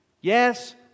yes